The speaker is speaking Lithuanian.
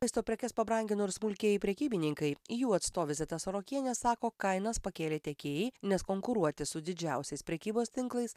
maisto prekes pabrangino ir smulkieji prekybininkai jų atstovė zita sorokienė sako kainas pakėlė tiekėjai nes konkuruoti su didžiausiais prekybos tinklais